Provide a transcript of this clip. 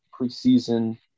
preseason